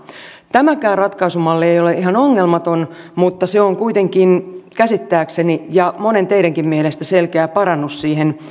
tämäkään ratkaisumalli ei ole ihan ongelmaton mutta se on kuitenkin käsittääkseni ja monen teistäkin mielestä selkeä parannus siihen